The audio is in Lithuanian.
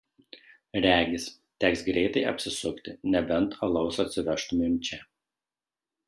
regis teks greitai apsisukti nebent alaus atsivežtumėm čia